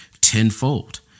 tenfold